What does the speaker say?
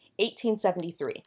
1873